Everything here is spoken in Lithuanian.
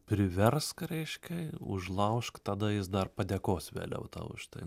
priversk reiškia užlaužk tada jis dar padėkos vėliau tau už tai